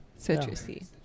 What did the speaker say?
Citrusy